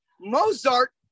Mozart